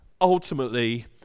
ultimately